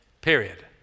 period